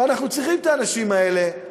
ואנחנו צריכים את האנשים האלה,